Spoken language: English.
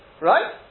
Right